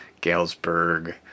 Galesburg